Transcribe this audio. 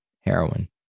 heroin